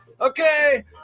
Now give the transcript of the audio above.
Okay